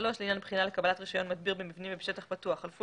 לעניין בחינה לקבלת רישיון מדביר במבנים ובשטח פתוח חלפו